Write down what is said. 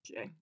Okay